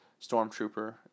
stormtrooper